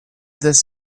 this